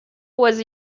was